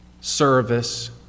service